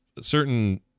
certain